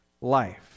life